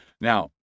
Now